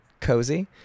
cozy